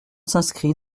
s’inscrit